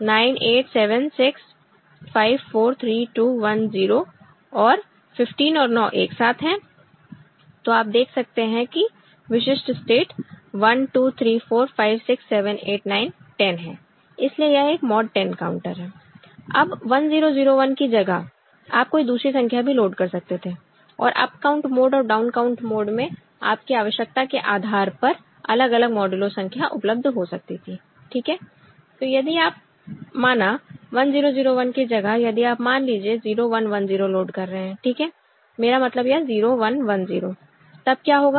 9 8 7 6 5 4 3 2 1 0 और 15 और 9 एक साथ हैं तो आप देख सकते हैं कि विशिष्ट स्टेट 1 2 3 4 5 6 7 8 9 10 हैं इसलिए यह एक मॉड 10 काउंटर है अब 1 0 0 1 की जगह आप कोई दूसरी संख्या भी लोड कर सकते थे और अप काउंट मोड और डाउन काउंट मोड में आपकी आवश्यकता के आधार पर अलग अलग मॉडुलो संख्या उपलब्ध हो सकती थी ठीक है तो यदि आप माना 1 0 0 1 की जगह यदि आप मान लीजिए 0 1 1 0 लोड कर रहे हैं ठीक है मेरा मतलब यह 0 1 1 0 तब क्या होगा